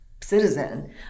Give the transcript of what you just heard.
citizen